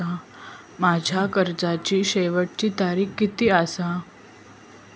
माझ्या कर्जाची शेवटची तारीख किती आसा?